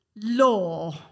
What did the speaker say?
law